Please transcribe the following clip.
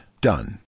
Done